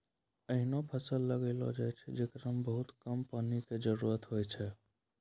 ऐहनो फसल लगैलो जाय छै, जेकरा मॅ बहुत कम पानी के जरूरत होय छै